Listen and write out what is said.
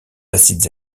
acides